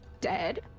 dead